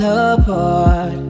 apart